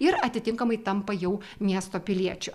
ir atitinkamai tampa jau miesto piliečiu